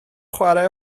chwarae